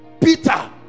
Peter